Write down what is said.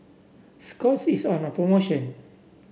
Scott's is on promotion